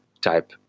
type